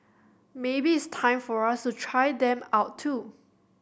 maybe it's time for us to try them out too